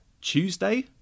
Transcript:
Tuesday